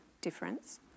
difference